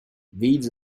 deeds